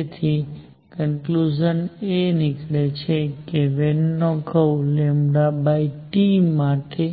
તેથી કંકલૂજન એ નીકળે કે વેન નો કર્વ νT માટે